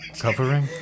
Covering